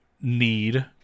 need